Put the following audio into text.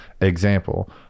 example